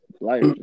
life